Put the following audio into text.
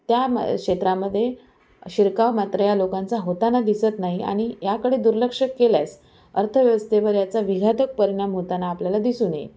त्या क्षेत्रामध्ये शिरकाव मात्र या लोकांचा होताना दिसत नाही आणि याकडे दुर्लक्ष केल्यास अर्थव्यवस्थेवर याचा विघातक परिणाम होताना आपल्याला दिसून येईल